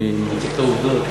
אני מציג את העובדות.